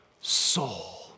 soul